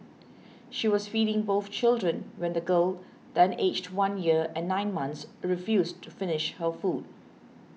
she was feeding both children when the girl then aged one year and nine months refused to finish her food